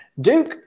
Duke